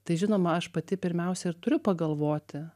tai žinoma aš pati pirmiausia ir turiu pagalvoti